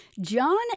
john